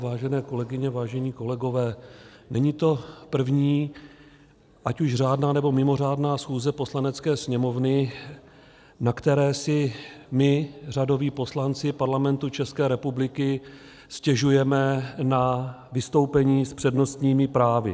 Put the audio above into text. Vážené kolegyně, vážení kolegové, není to první ať už řádná, nebo mimořádná schůze Poslanecké sněmovny, na které si my, řadoví poslanci Parlamentu České republiky, stěžujeme na vystoupení s přednostními právy.